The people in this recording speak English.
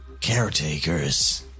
caretakers